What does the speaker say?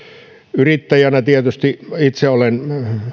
yrittäjänä olen tietysti itse